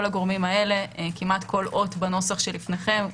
כל הגורמים האלה כמעט כל אות בנוסח שלפניכם,